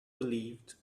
believed